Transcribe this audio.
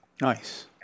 nice